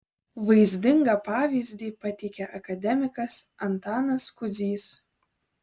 vaizdingą pavyzdį pateikė akademikas antanas kudzys